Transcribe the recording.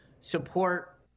support